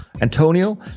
Antonio